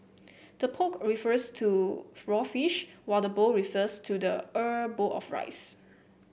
the poke refers to raw fish while the bowl refers to the er bowl of rice